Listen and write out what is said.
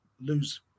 lose